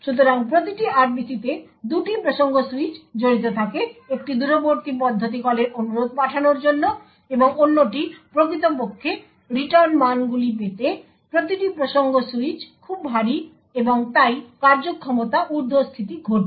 সুতরাং প্রতিটি RPC তে দুটি প্রসঙ্গ সুইচ জড়িত থাকে একটি দূরবর্তী পদ্ধতি কলের অনুরোধ পাঠানোর জন্য এবং অন্যটি প্রকৃতপক্ষে রিটার্ন মানগুলি পেতে প্রতিটি প্রসঙ্গ সুইচ খুব ভারী এবং তাই কার্যক্ষমতা উর্ধস্থিতি ঘটবে